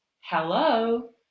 Hello